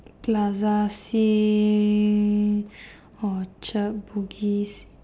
plaza-sing Orchard Bugis